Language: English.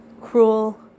cruel